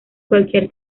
cualquier